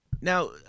now